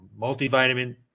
multivitamin